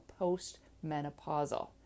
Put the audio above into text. postmenopausal